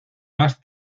más